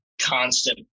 constant